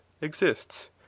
exists